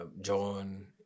John